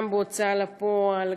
גם בהוצאה לפועל,